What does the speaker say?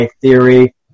theory